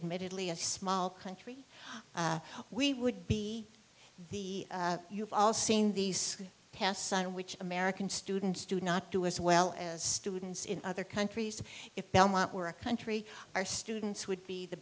admittedly a small country we would be the you've all seen these tests on which american students do not do as well as students in other countries if belmont were a country our students would be the